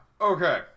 Okay